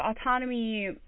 autonomy